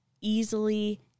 easily